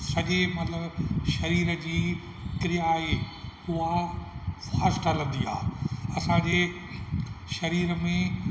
सॼे मतिलबु शरीर जी क्रिया आहे उहो फास्ट हलंदी आहे असां जे शरीर में